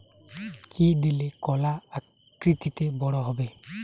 কি দিলে কলা আকৃতিতে বড় হবে?